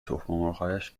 تخممرغهایش